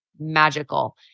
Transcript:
magical